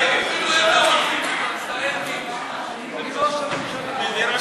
אפילו הם לא רוצים אותו, השר אלקין.